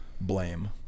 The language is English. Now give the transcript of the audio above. blame